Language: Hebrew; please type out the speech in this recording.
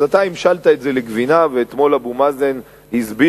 אז אתה המשלת את זה לגבינה, ואתמול אבו מאזן הסביר